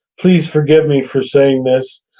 please forgive me for saying this.